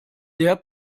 der